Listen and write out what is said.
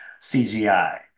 CGI